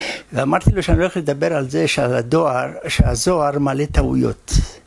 ואמרתי לו שאני הולך לדבר על זה שהדואר... שהזוהר מלא טעויות.